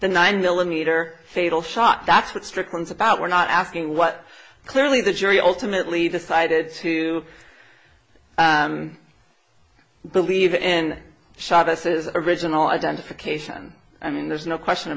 the nine millimeter fatal shot that's what strickland's about we're not asking what clearly the jury ultimately decided to believe in shot this is original identification i mean there's no question